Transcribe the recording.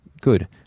Good